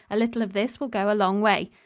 a little of this will go a long way.